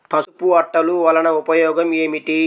పసుపు అట్టలు వలన ఉపయోగం ఏమిటి?